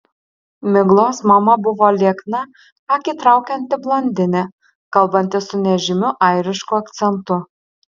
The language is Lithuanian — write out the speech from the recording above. miglos mama buvo liekna akį traukianti blondinė kalbanti su nežymiu airišku akcentu